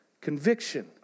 Conviction